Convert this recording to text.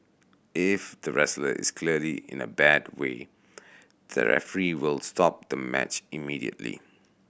if the wrestler is clearly in a bad way the referee will stop the match immediately